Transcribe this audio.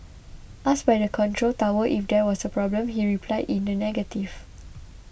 asked by the control tower if there was a problem he replied in the negative